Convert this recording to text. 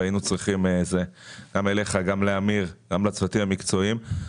הפניתי גם אליך, גם לאמיר וגם לצוותים המקצועיים.